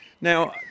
Now